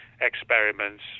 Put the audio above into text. experiments